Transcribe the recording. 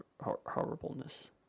Horribleness